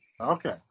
Okay